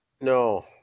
No